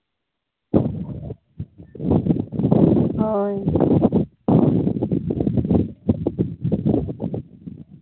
ᱦᱳᱭ